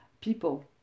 people